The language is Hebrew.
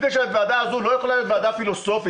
הוועדה הזאת לא יכולה להיות ועדה פילוסופית,